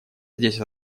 здесь